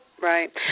Right